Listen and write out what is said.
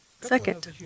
Second